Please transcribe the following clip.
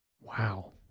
Wow